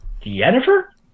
Jennifer